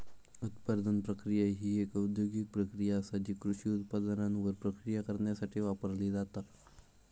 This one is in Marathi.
उत्पादन प्रक्रिया ही एक औद्योगिक प्रक्रिया आसा जी कृषी उत्पादनांवर प्रक्रिया करण्यासाठी वापरली जाता